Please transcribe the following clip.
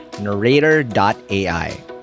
Narrator.ai